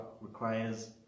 requires